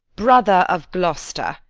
brother of gloster,